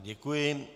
Děkuji.